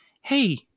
Hey